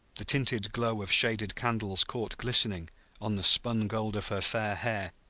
the tinted glow of shaded candles caught glistening on the spun gold of her fair hair,